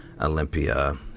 Olympia